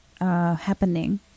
happening